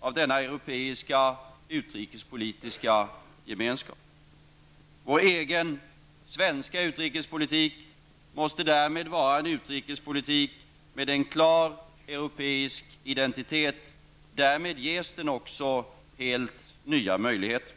av denna europeiska utrikespolitiska gemenskap. Vår egen utrikespolitik måste därmed vara en utrikespolitik med en klar europeisk identitet. Därmed ges den också helt nya möjligheter.